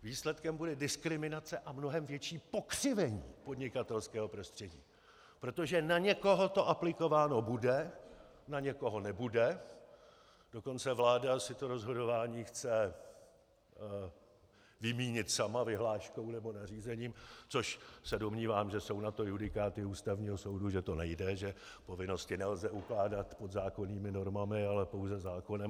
Výsledkem bude diskriminace a mnohem větší pokřivení podnikatelského prostředí, protože na někoho to aplikováno bude, na někoho nebude, dokonce vláda si to rozhodování chce vymínit sama vyhláškou nebo nařízením, což, domnívám se, že jsou na to judikáty Ústavního soudu, že to nejde, že povinnosti nelze ukládat podzákonnými normami, ale pouze zákonem.